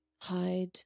hide